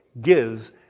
gives